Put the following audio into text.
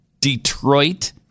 Detroit